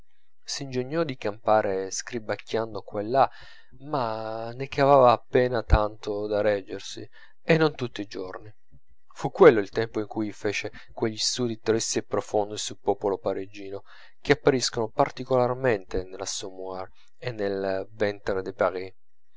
vita s'ingegnò di campare scribacchiando qua e là ma ne cavava appena tanto da reggersi e non tutti i giorni fu quello il tempo in cui fece quegli studi tristi e profondi sul popolo parigino che appariscono particolarmente nell'assommoir e nel ventre de